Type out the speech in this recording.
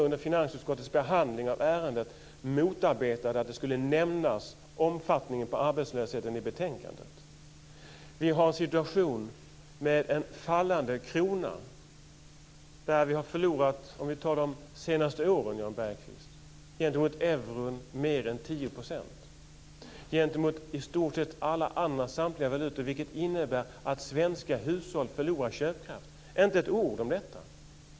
Under finansutskottets behandling av ärendet motarbetade ni t.o.m. att omfattningen av arbetslösheten skulle nämnas i betänkandet. Vi har en situation med en fallande krona. Vi har de senaste åren förlorat, Jan Bergqvist, mer än 10 % gentemot euron och förlorat gentemot i stort sett samtliga andra valutor, vilket innebär att svenska hushåll förlorar köpkraft. Men inte ett ord om detta.